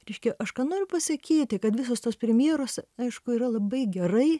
reiškia aš ką noriu pasakyti kad visos tos premjeros aišku yra labai gerai